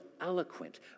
eloquent